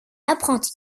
apprenti